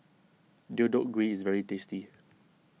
Deodeok Gui is very tasty